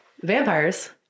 Vampires